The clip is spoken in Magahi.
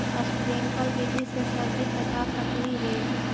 स्प्रिंकल विधि से सब्जी पटा सकली हे?